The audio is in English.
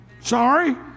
Sorry